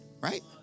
right